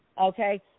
Okay